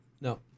No